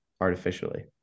artificially